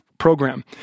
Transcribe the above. program